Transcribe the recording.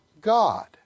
God